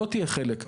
לא תהיה חלק.